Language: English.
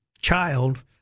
child